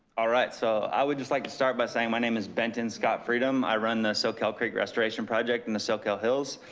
all right, so i would just like to start by saying, my name is benton scott freedom. i run the soquel creek restoration project in the soquel hills.